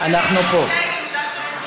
הילודה שלך.